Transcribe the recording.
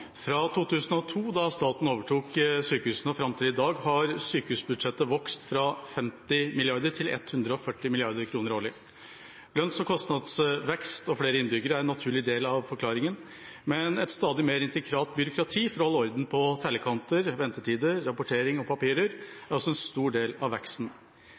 i dag har sykehusbudsjettet vokst fra 50 mrd. til 140 mrd. kr årlig. Lønns- og kostnadsvekst og flere innbyggere er en naturlig del av forklaringen, men et stadig mer intrikat byråkrati for å holde orden på tellekanter, ventetider, rapportering og papirer er også en stor del av veksten.